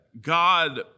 God